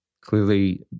clearly